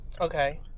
Okay